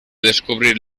descubrir